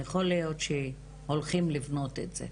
יכול להיות שהולכים לבנות את זה.